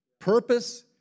Purpose